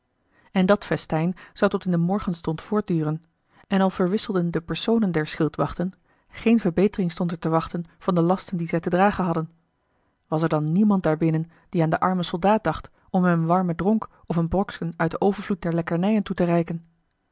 en dat festijn zou tot in den morgenstond voortduren en al verwisselden de personen der schildwachten geene verbetering stond er te wachten van de lasten die zij te dragen hadden was er dan niemand daarbinnen die aan den armen soldaat dacht om hem een warmen dronk of een broksken uit den overvloed der lekkernijen toe te reiken